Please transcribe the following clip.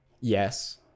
yes